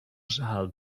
żal